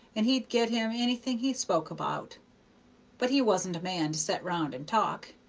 and he'd get him anything he spoke about but he wasn't a man to set round and talk,